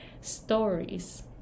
stories